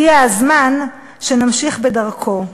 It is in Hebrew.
הגיע הזמן שנמשיך בדרכו.